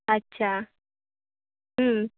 अच्छा